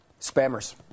Spammers